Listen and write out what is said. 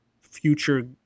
future